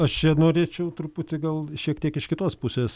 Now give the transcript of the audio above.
aš čia norėčiau truputį gal šiek tiek iš kitos pusės